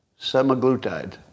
semaglutide